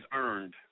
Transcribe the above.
earned